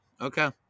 Okay